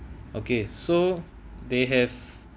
okay so they have